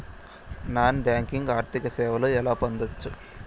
Non banking ఆర్థిక సేవలు ఎలా పొందొచ్చు?